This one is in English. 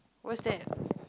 what's that